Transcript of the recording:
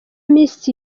miss